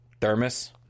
thermos